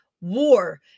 war